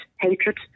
hatred